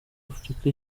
afurika